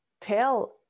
tell